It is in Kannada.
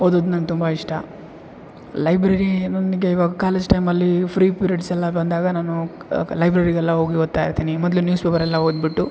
ಓದೋದು ನಂಗೆ ತುಂಬ ಇಷ್ಟ ಲೈಬ್ರೆರಿ ನನಗೆ ಇವಾಗ ಕಾಲೇಜ್ ಟೈಮಲ್ಲಿ ಫ್ರೀ ಪಿರೆಡ್ಸ್ ಎಲ್ಲ ಬಂದಾಗ ನಾನು ಲೈಬ್ರೆರಿಗೆಲ್ಲ ಹೋಗಿ ಓದ್ತಾ ಇರ್ತೀನಿ ಮೊದಲು ನ್ಯೂಸ್ ಪೇಪರೆಲ್ಲ ಓದಿಬಿಟ್ಟು